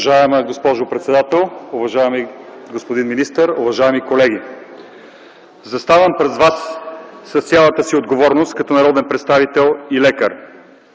Уважаема госпожо председател, уважаеми господин министър, уважаеми колеги! Заставам пред вас с цялата си отговорност като народен представител и лекар.